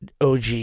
OG